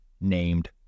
named